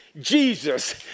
Jesus